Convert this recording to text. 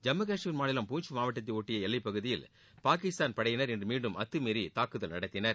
ஜம்மு காஷ்மீர் மாநிலம் பூஞ்ச் மாவட்டத்தையொட்டி எல்லைப் பகுதியில் பாகிஸ்தான் படையினர் இன்று மீண்டும் அத்தமீறி தாக்குதல் நடத்தினர்